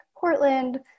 Portland